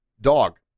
Dog